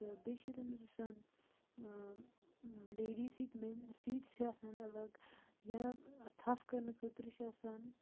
بیٚیہِ چھِ تتھ مَنٛز آسان لیڈیٖز سیٖٹ میٚنز سیٖٹس چھِ آسان الگ یا تھَف کَرنہٕ خٲطرٕ چھ آسان